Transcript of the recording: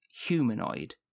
humanoid